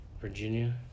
Virginia